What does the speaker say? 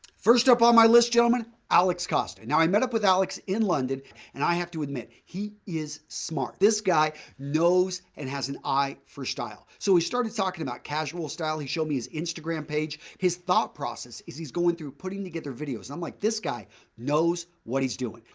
first up on my list, gentlemen, alex costa. now, i met up with alex in london and i have to admit, he is smart. this guy knows and has an eye for style. so, we started talking about casual style, he showed me his instagram page. his thought process is he's going through putting together videos. i'm like this guy knows what he's doing.